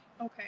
Okay